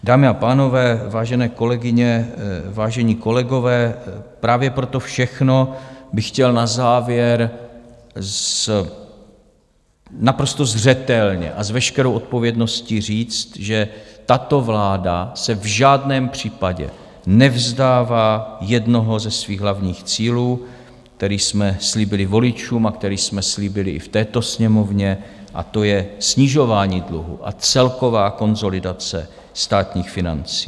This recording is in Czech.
Dámy a pánové, vážené kolegyně, vážení kolegové, právě pro to všechno bych chtěl na závěr naprosto zřetelně a s veškerou odpovědností říct, že tato vláda se v žádném případě nevzdává jednoho ze svých hlavních cílů, který jsme slíbili voličům a který jsme slíbili i v této Sněmovně, a to je snižování dluhu a celková konsolidace státních financí.